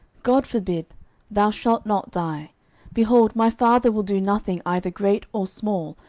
god forbid thou shalt not die behold, my father will do nothing either great or small,